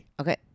Okay